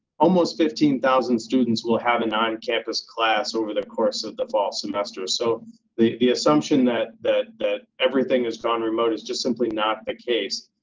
almost fifteen thousand students will have an on campus class over the course of the fall semester. so the the assumption that that that everything has gone remote is simply not the case.